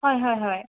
ꯍꯣꯏ ꯍꯣꯏ ꯍꯣꯏ